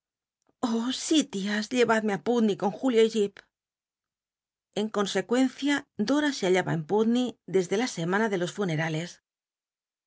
oh si llevadme pu con julia y jip en consecuenc ia dora se hallaba en putney dcscle la semana de jos funerales